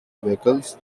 vehicles